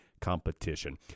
competition